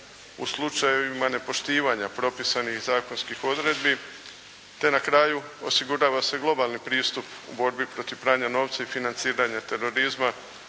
u slučajevima nepoštivanja propisanih zakonskih odredbi te na kraju osigurava se globalni pristup u borbi protiv pranja novca i financiranja terorizma